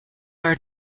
are